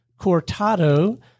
Cortado